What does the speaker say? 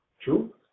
True